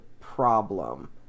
problem